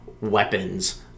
weapons